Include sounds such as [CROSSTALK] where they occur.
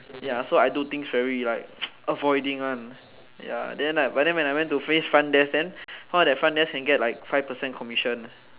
ya so I like do things very like [NOISE] avoiding one ya then like but then when I went to face front desk then heard that front desk can get like five percent commission